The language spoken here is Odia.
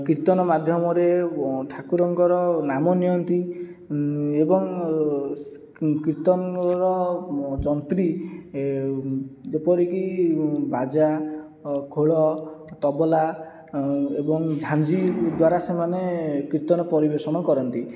କୀର୍ତ୍ତନ ମାଧ୍ୟମରେ ଠାକୁରଙ୍କର ନାମ ନିଅନ୍ତି ଏବଂ କୀର୍ତ୍ତନର ଯନ୍ତ୍ରୀ ଯେପରିକି ବାଜା ଖୋଳ ତବଲା ଏବଂ ଝାଞ୍ଜି ଦ୍ଵାରା ସେମାନେ କୀର୍ତ୍ତନ ପରିବେଷଣ କରନ୍ତି